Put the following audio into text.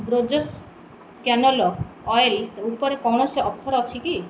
Borges canola oil ଉପରେ କୌଣସି offer ଅଛି କି